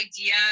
idea